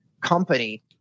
company